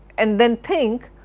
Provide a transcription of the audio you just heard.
and then think,